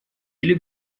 или